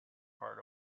part